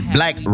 Black